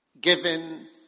Given